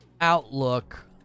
outlook